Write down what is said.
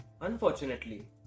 Unfortunately